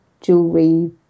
jewelry